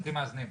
בתים מאזנים.